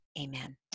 Amen